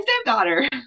stepdaughter